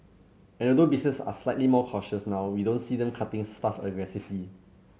and although businesses are slightly more cautious now we don't see them cutting staff aggressively